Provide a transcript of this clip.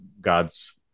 God's